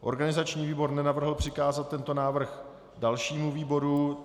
Organizační výbor nenavrhl přikázat tento návrh dalšímu výboru.